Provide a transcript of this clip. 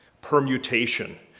permutation